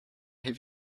have